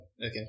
Okay